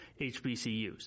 HBCUs